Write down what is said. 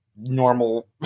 normal